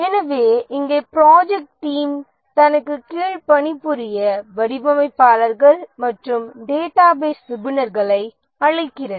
எனவே இங்கே project team தனக்கு கீழ் பணிபுரிய வடிவமைப்பாளர்கள் மற்றும் டேட்டாபேஸ் நிபுணர்களை அழைக்கிறது